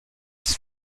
its